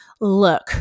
look